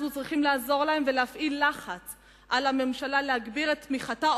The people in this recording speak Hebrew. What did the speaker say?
אנחנו צריכים לעזור להם ולהפעיל לחץ על הממשלה להגביר את תמיכתה,